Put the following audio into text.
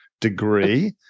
degree